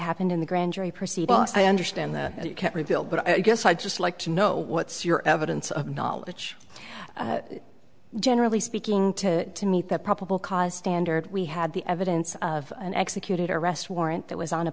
happened in the grand jury proceeding i understand that you can't reveal but i guess i'd just like to know what's your evidence of knowledge generally speaking to to meet that probable cause standard we had the evidence of an executed arrest warrant that was on a